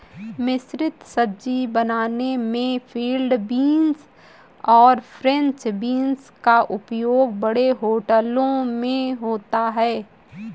मिश्रित सब्जी बनाने में फील्ड बींस और फ्रेंच बींस का उपयोग बड़े होटलों में होता है